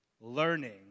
learning